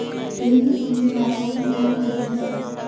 lily पूंजी बाजार में काम करती है